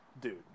Dude